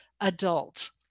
adult